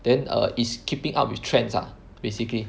then err is keeping up with trends ah basically